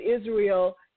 Israel